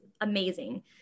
amazing